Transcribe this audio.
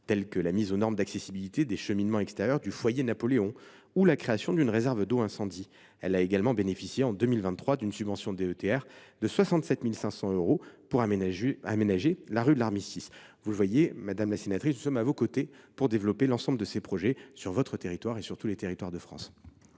tels que la mise aux normes d’accessibilité des cheminements extérieurs du foyer Napoléon ou la création d’une réserve d’eau incendie. Elle a également bénéficié, en 2023, d’une subvention DETR de 67 500 euros pour aménager la rue de l’Armistice. Vous le voyez, madame la sénatrice, nous sommes à vos côtés pour développer l’ensemble de ces projets dans votre territoire et dans tous les territoires de France.